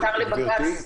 עתר לבג"ץ.